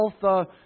health